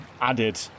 added